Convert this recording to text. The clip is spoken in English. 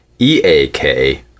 e-a-k